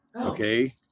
okay